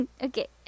okay